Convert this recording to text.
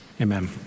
amen